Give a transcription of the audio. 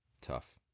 Tough